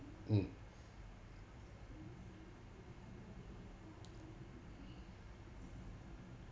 mm